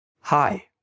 Hi